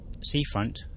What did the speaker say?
seafront